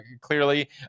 clearly